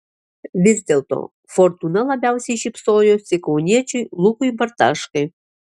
vis dėlto fortūna labiausiai šypsojosi kauniečiui lukui bartaškai